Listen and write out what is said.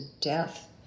death